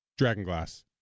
dragonglass